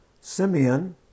Simeon